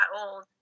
old